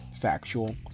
factual